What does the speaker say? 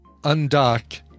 undock